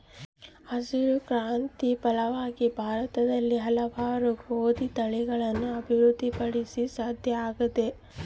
ಹಸಿರು ಕ್ರಾಂತಿಯ ಫಲವಾಗಿ ಭಾರತದಲ್ಲಿ ಹಲವಾರು ಗೋದಿ ತಳಿಗಳನ್ನು ಅಭಿವೃದ್ಧಿ ಪಡಿಸಲು ಸಾಧ್ಯ ಆಗ್ಯದ